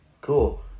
cool